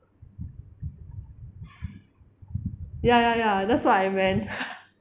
ya ya ya that's what I meant